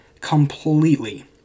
completely